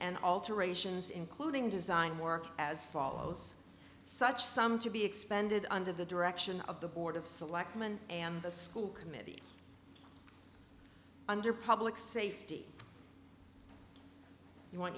and alterations including design work as follows such sum to be expended under the direction of the board of selectmen and the school committee under public safety you w